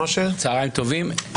צוהריים טובים.